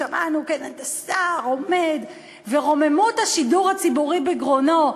שמענו כאן את השר עומד ורוממות השידור הציבורי בגרונו.